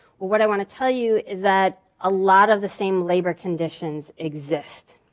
well what i want to tell you is that a lot of the same labor conditions exist.